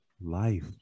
life